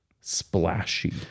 splashy